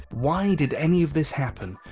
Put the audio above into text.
why did any of this happen?